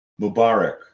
Mubarak